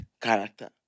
character